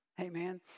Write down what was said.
Amen